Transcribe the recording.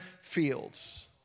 fields